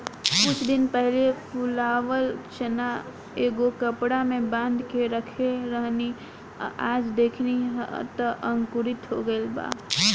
कुछ दिन पहिले फुलावल चना एगो कपड़ा में बांध के रखले रहनी आ आज देखनी त अंकुरित हो गइल बा